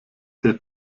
der